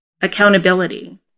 accountability